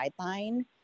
guideline